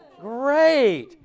Great